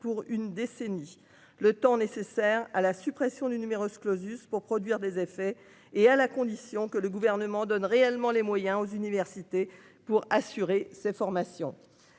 pour une décennie le temps nécessaire à la suppression du numerus clausus pour produire des effets et à la condition que le gouvernement donne réellement les moyens aux universités pour assurer. Ces formations.